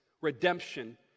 redemption